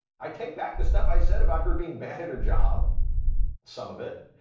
i take back the stuff i said about her being bad at her job some of it.